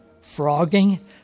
frogging